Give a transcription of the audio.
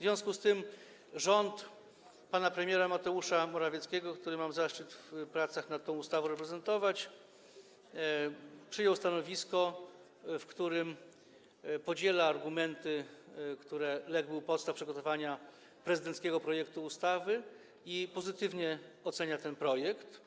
W związku z tym rząd pana premiera Mateusza Morawieckiego, którego mam zaszczyt w pracach nad tą ustawą reprezentować, przyjął stanowisko, w którym podziela argumenty będące u podstaw przygotowania prezydenckiego projektu ustawy i pozytywnie ocenia ten projekt,